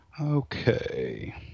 Okay